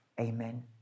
Amen